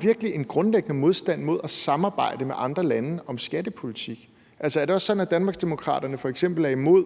virkelig en grundlæggende modstand mod at samarbejde med andre lande om skattepolitik? Er det også sådan, at Danmarksdemokraterne f.eks. er imod